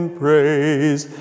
praise